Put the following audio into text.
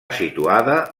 situada